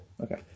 Okay